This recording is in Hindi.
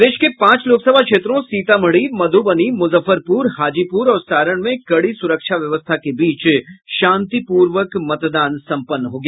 प्रदेश के पांच लोकसभा क्षेत्रों सीतामढ़ी मध्रबनी मुजफ्फरपुर हाजीपुर और सारण में कड़ी सुरक्षा व्यवस्था के बीच शांतिपूर्वक मतदान सम्पन्न हो गया